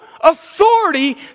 authority